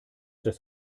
das